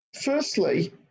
Firstly